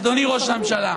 אדוני ראש הממשלה,